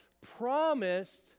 promised